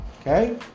Okay